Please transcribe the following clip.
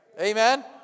Amen